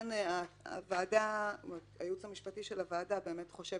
לכן הייעוץ המשפטי של הוועדה חושב